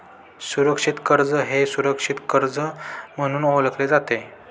सुरक्षित कर्ज हे सुरक्षित कर्ज म्हणून ओळखले जाते